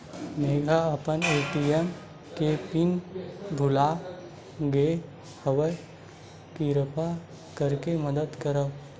मेंहा अपन ए.टी.एम के पिन भुला गए हव, किरपा करके मदद करव